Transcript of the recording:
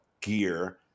gear